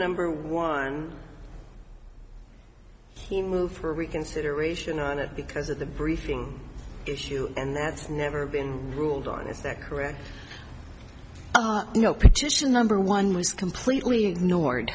number one he moved for reconsideration on it because of the briefing issue and that's never been ruled on is that correct you know petition number one was completely ignored